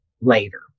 later